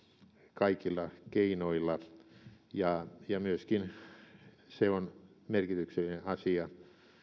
kaikilla keinoilla myöskin se on merkityksellinen asia